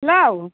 hello